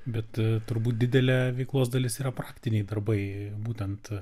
bet turbūt didelė veiklos dalis yra praktiniai darbai būtent